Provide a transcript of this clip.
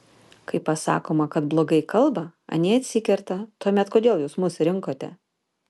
kai pasakoma kad blogai kalba anie atsikerta tuomet kodėl jūs mus rinkote